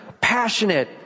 Passionate